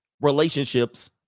relationships